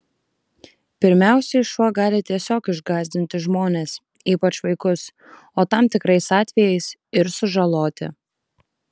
pirmiausiai šuo gali tiesiog išgąsdinti žmones ypač vaikus o tam tikrais atvejais ir sužaloti